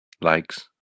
likes